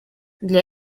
для